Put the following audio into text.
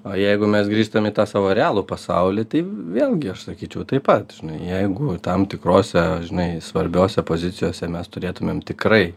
o jeigu mes grįžtam į tą savo realų pasaulį tai vėlgi aš sakyčiau taip pat jeigu tam tikrose žinai svarbiose pozicijose mes turėtumėm tikrai